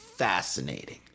Fascinating